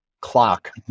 clock